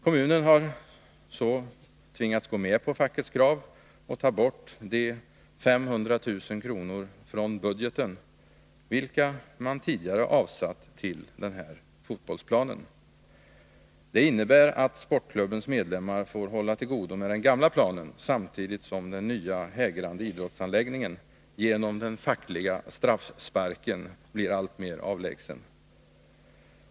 Kommunen har också tvingats gå med på fackets krav att ta bort de 500 000 kr. från budgeten, vilka man tidigare avsatt till denna fotbollsplan. Det innebär att sportklubbens medlemmar får hålla till godo med den gamla planen, samtidigt som den hägrande nya idrottsanläggningen genom den fackliga ”straffsparken” blir alltmer avlägsen.